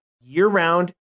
year-round